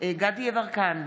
דסטה גדי יברקן,